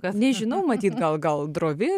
kad nežinau matyt gal gal drovi